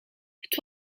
het